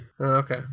Okay